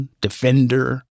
Defender